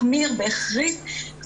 החמיר והחריף את הסיטואציה שבה אנחנו נמצאים,